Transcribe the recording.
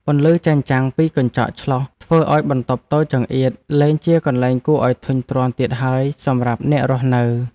ពន្លឺចែងចាំងពីកញ្ចក់ឆ្លុះធ្វើឱ្យបន្ទប់តូចចង្អៀតលែងជាកន្លែងគួរឱ្យធុញទ្រាន់ទៀតហើយសម្រាប់អ្នករស់នៅ។